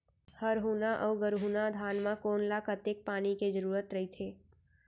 हरहुना अऊ गरहुना धान म कोन ला कतेक पानी के जरूरत रहिथे?